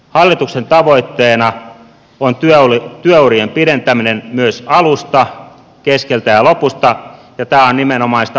hallituksen tavoitteena on työurien pidentäminen myös alusta keskeltä ja lopusta ja tämä on nimenomaan sitä alkupäätä